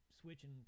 switching